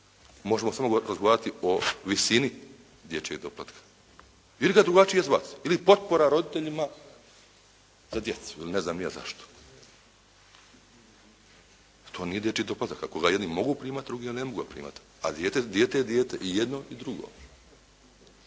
Možemo samo razgovarati o visini dječjeg doplatka ili ga drugačije zvati ili potpora roditeljima za djecu ili ne znam ni ja za što. Pa to nije dječji doplatak ako ga jedni mogu primati, drugi ga ne mogu primati, a dijete je dijete, i jedno i drugo,